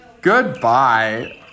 Goodbye